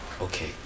okay